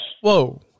Whoa